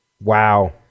Wow